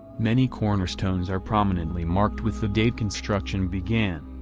many cornerstones are prominently marked with the date construction began.